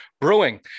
Brewing